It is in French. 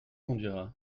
conduira